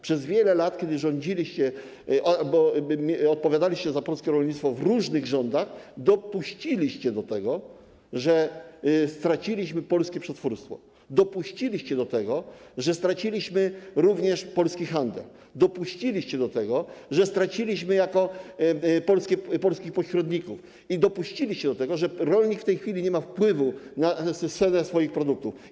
Przez wiele lat, kiedy rządziliście, odpowiadaliście za polskie rolnictwo w różnych rządach, dopuściliście do tego, że straciliśmy polskie przetwórstwo, dopuściliście do tego, że straciliśmy również polski handel, dopuściliście do tego, że straciliśmy polskich pośredników i dopuściliście do tego, że rolnik w tej chwili nie ma wpływu na cenę swoich produktów.